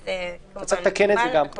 צריך לתקן את זה כאן.